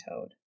Toad